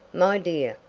my dear,